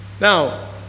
Now